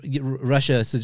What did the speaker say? Russia